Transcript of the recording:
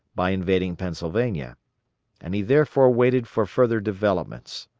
by invading pennsylvania and he therefore waited for further developments.